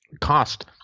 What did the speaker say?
cost